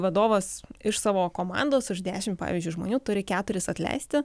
vadovas iš savo komandos it dešimt pavyzdžiui žmonių turi keturis atleisti